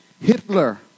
Hitler